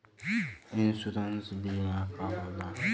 Insurance बीमा का होला?